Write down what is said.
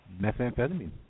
Methamphetamine